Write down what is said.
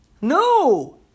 No